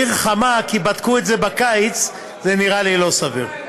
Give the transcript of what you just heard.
כי בדקו את זה בקיץ, זה נראה לי לא סביר.